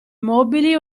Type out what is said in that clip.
mobili